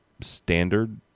standard